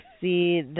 see